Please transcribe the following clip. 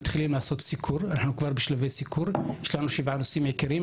אנחנו מתחילים את הישיבה שלנו בנושא אחד עד שכולם יגיעו,